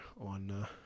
on